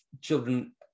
children